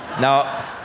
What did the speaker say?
Now